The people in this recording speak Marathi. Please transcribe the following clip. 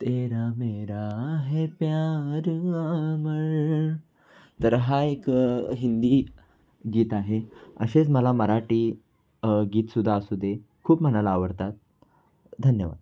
तेरा मेरा है प्यार अमर तर हा एक हिंदी गीत आहे असेच मला मराठी गीतसुद्धा असू दे खूप मनाला आवडतात धन्यवाद